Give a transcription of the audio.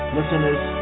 Listeners